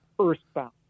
Earthbound